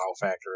factor